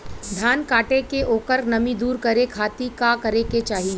धान कांटेके ओकर नमी दूर करे खाती का करे के चाही?